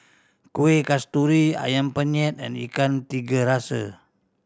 Kueh Kasturi Ayam Penyet and Ikan Tiga Rasa